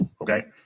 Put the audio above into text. Okay